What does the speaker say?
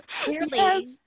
clearly